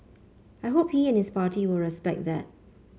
I hope he and his party will respect that